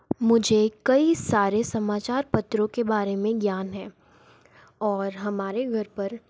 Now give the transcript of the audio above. मुझे कई सारे समाचार पत्रों के बारे में ज्ञान हैं और हमारे घर पर